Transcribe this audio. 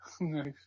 Nice